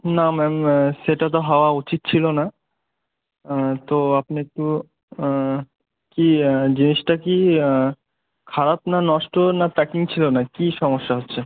না ম্যাম সেটা তো হওয়া উচিত ছিল না তো আপনি একটু কি জিনিসটা কি খারাপ না নষ্ট না প্যাকিং ছিল না কী সমস্যা হচ্ছে